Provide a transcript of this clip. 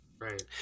Right